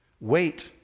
Wait